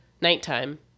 nighttime